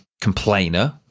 complainer